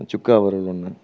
சுக்கா ஒரு ஒன்று